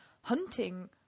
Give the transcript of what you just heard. hunting